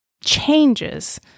changes